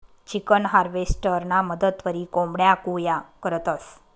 chicken हार्वेस्टरना मदतवरी कोंबड्या गोया करतंस